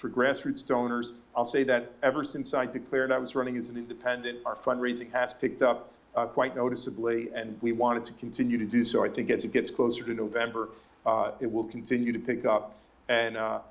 for grassroots donors i'll say that ever since i declared i was running as an independent our fundraising has picked up quite noticeably and we wanted to continue to do so i think as it gets closer to november it will continue to pick up and